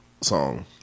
Song